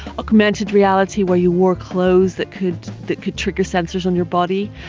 augmented reality where you wore clothes that could that could trigger sensors on your body,